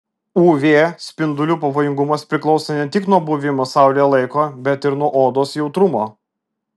uv spindulių pavojingumas priklauso ne tik nuo buvimo saulėje laiko bet ir nuo odos jautrumo